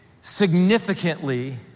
significantly